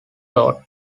thought